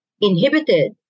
inhibited